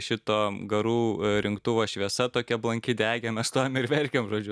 šito garų rinktuvo šviesa tokia blanki degė mes stovim ir verkiam žodžiu